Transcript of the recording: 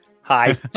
Hi